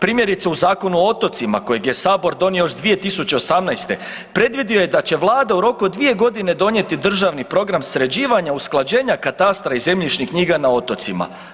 Primjerice, u Zakonu o otocima kojeg je sabor donio još 2018. predvidio je da će vlada u roku od 2.g. donijeti državni program sređivanja i usklađenja katastra i zemljišnih knjiga na otocima.